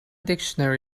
dictionary